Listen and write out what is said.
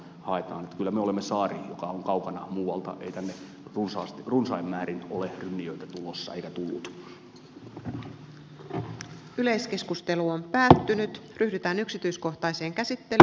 aika on kylmä ilma sai auton huolta että useasti kyllä me olemme saari joka on päättynyt pyritään yksityiskohtaiseen käsittell